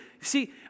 See